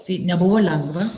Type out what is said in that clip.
tai nebuvo lengva